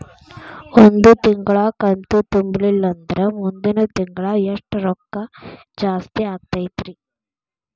ಒಂದು ತಿಂಗಳಾ ಕಂತು ತುಂಬಲಿಲ್ಲಂದ್ರ ಮುಂದಿನ ತಿಂಗಳಾ ಎಷ್ಟ ರೊಕ್ಕ ಜಾಸ್ತಿ ಆಗತೈತ್ರಿ?